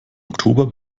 oktober